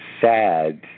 sad